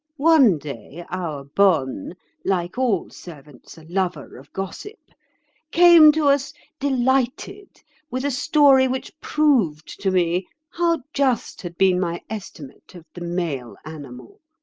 one day our bonne like all servants, a lover of gossip came to us delighted with a story which proved to me how just had been my estimate of the male animal.